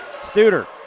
Studer